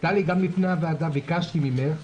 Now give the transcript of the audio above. גם לפני הוועדה ביקשתי ממך,